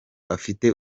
afite